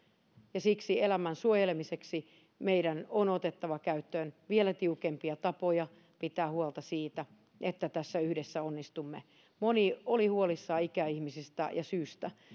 ja siksi elämän suojelemiseksi meidän on otettava käyttöön vielä tiukempia tapoja pitää huolta siitä että tässä yhdessä onnistumme moni oli huolissaan ikäihmisistä ja syystä